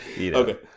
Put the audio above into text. Okay